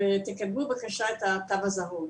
ותקבלו בבקשה את התו הזהוב.